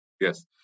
Yes